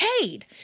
paid